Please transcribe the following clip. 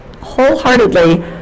wholeheartedly